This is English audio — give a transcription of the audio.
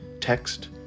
text